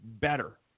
better